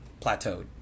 plateaued